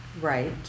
right